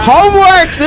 Homework